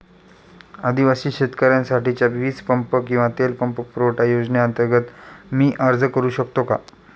आदिवासी शेतकऱ्यांसाठीच्या वीज पंप किंवा तेल पंप पुरवठा योजनेअंतर्गत मी अर्ज करू शकतो का?